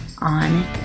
on